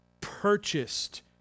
purchased